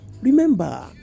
Remember